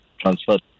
transferred